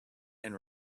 and